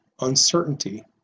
uncertainty